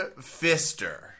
Fister